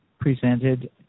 Presented